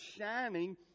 shining